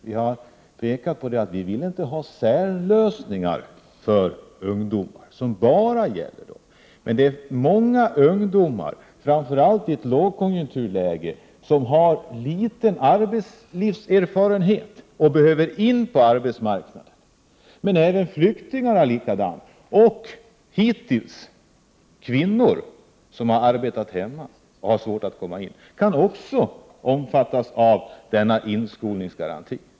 Vi vill inte ha några särlösningar för ungdomar som bara skall gälla för dem. Men det finns många ungdomar, framför allt i en lågkonjunktur, som har en liten arbetslivserfarenhet och behöver komma in på arbetsmarknaden. Men detta gäller även för flyktingar, och också kvinnor som hittills har arbetat hemma kan omfattas av denna inskolningsgaranti.